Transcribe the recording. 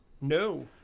No